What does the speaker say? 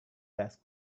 desk